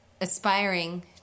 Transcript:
aspiring